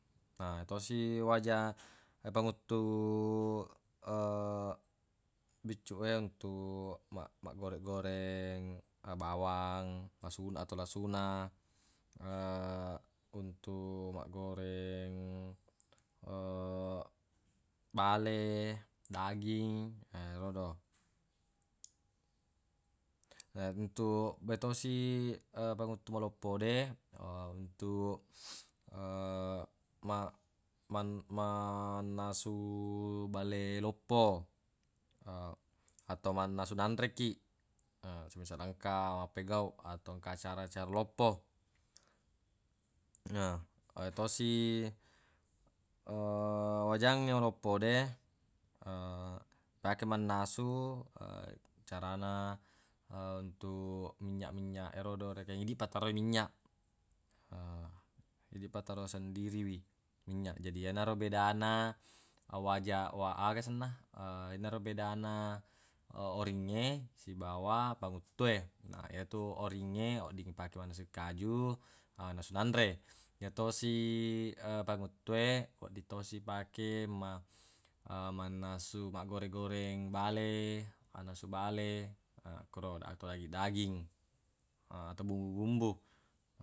Na yatosi waja- panguttu biccuq e untuq maggore-goreng bawang lasu- atau lasuna untuq maggoreng bale daging erodo na untuq bettosi panguttu loppo de untuq ma- mannasu bale loppo atau mannasu nanre kiq semisal engka mappegauq atau engka acara-acara loppo na tosi wajangnge maloppo de pake mannasu carana untuq minynyaq-minynyaq erodo rekeng idiq pa taroi minynyaq idiq pa taroi sendiri wi minynyaq jadi yenaro bedana waja- wa- aga senna yenaro bedana oringnge sibawa panguttue na yetu oringnge odding ipake mannasu kaju mannasu nanre ya tosi panguttue wedding tosi ipake ma- mannasu maggore-goreng bale mannasu bale koro atau dagi-daging atau bumbu-bumbu.